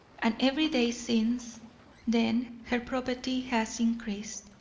and every day since then her property has increased.